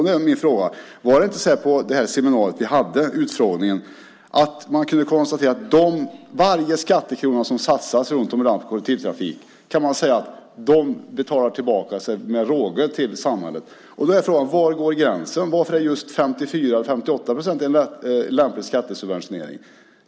Då är min fråga: Var det inte så här, enligt vad som sades vid den utfrågning vi hade, att man kunde konstatera att varje skattekrona som satsas runt om i landet på kollektivtrafik betalar tillbaka sig med råge till samhället? Då är frågan: Var går gränsen? Varför är just 54-58 procent en lämplig skattesubventionering?